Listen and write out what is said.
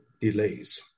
delays